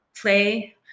play